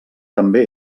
també